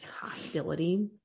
hostility